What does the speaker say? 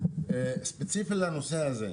ספציפית לנושא הזה.